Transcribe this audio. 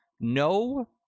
no